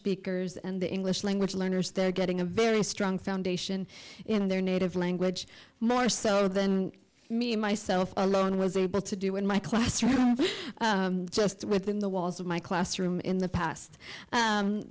speakers and the english language learners they're getting a very strong foundation in their native language more so than me myself alone was able to do in my classroom just within the walls of my classroom in the past